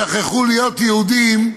"שכחו להיות יהודים",